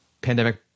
pandemic